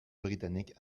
britannique